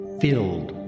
filled